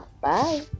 Bye